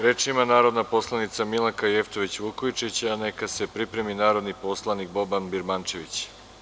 Reč ima narodna poslanica Milanka Jevtović Vukojičić, a neka se pripremi narodni poslanik Boban Birmančević.